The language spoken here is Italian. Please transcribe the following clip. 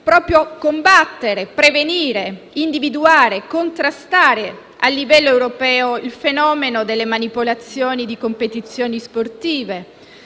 intendiamo combattere, prevenire, individuare e contrastare a livello europeo il fenomeno delle manipolazioni delle competizioni sportive,